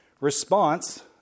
response